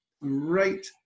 right